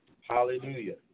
Hallelujah